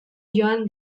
joan